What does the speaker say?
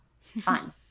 fun